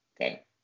Okay